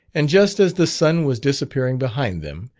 and just as the sun was disappearing behind them,